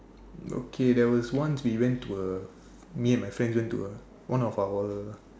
okay there was once we went to a me and my friends went to a one of our